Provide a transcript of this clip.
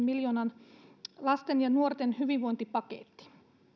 miljoonan lasten ja nuorten hyvinvointipaketti